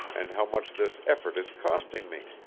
and how much this effort is costing me.